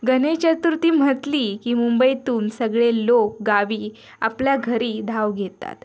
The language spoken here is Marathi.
गणेश चतुर्थी म्हटली की मुंबईतून सगळे लोक गावी आपल्या घरी धाव घेतात